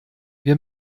wir